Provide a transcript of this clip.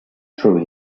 true